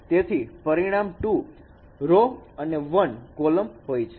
તેથી પરિણામ ૨ રો અને 1 કોલમ હોય છે